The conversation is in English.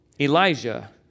Elijah